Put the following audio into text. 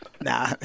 Nah